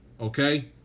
Okay